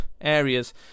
areas